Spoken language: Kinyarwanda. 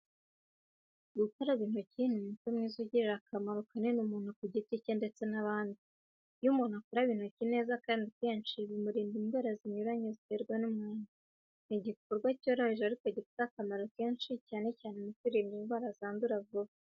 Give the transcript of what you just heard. Gukaraba intoki ni umuco mwiza ugirira akamaro kanini umuntu ku giti cye ndetse n'abandi. Iyo umuntu akaraba intoki neza kandi kenshi, bimurinda indwara zinyuranye ziterwa n'umwanda. Ni igikorwa cyoroheje ariko gifite akamaro kenshi cyane cyane mu kwirinda indwara zandura vuba.